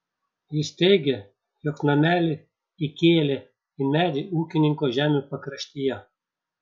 jis teigė jog namelį įkėlė į medį ūkininko žemių pakraštyje